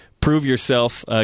prove-yourself